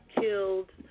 killed